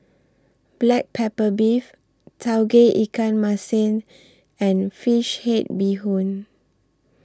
Black Pepper Beef Tauge Ikan Masin and Fish Head Bee Hoon